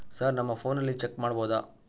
Sir ನಮ್ಮ ಫೋನಿನಲ್ಲಿ check ಮಾಡಬಹುದಾ?